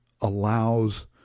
allows